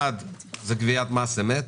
אחד, גביית מס אמת,